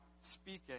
speaking